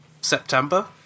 September